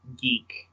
geek